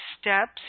steps